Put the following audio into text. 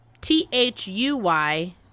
T-H-U-Y